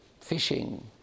fishing